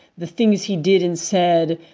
the things he did and said,